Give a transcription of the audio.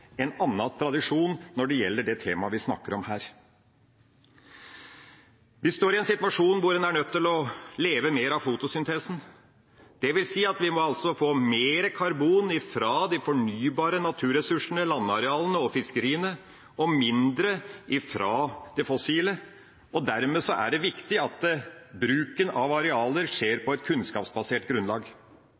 en annen tradisjon når det gjelder det temaet vi snakker om her. Vi står i en situasjon hvor en er nødt til å leve mer av fotosyntesen, dvs. at vi må få mer karbon fra de fornybare naturressursene, landarealene og fiskeriene og mindre fra det fossile. Dermed er det viktig at bruken av arealer skjer på et kunnskapsbasert grunnlag.